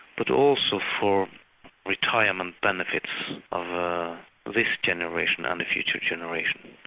but also for retirement benefits of this generation and the future generation.